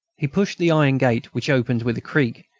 he pushed the iron gate, which opened with a creak,